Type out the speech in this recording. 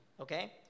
okay